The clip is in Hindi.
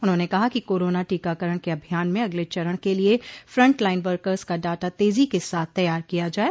उन्होंने कहा कि कोरोना टीकाकरण के अभियान में अगले चरण के लिए फंट लाइन वर्कर्स का डाटा तेजी के साथ तैयार किया जाये